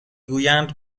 گویند